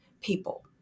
people